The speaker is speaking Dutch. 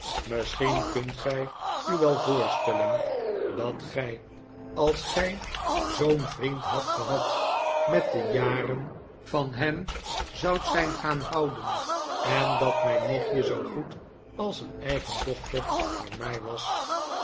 misschien kunt gij u wel voorstellen dat gij als gij zoo'n vriend hadt gehad met de jaren van hem zoudt zijn gaan houden en dat mijn nichtje zoo goed als een eigen dochter voor mij was